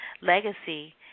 legacy